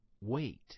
Wait